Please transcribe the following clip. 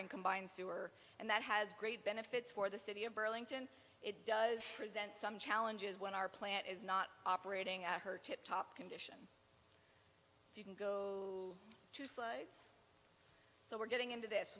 and combined sewer and that has great benefits for the city of burlington it does present some challenges when our plant is not operating at her tip top condition you can go to slugs so we're getting into this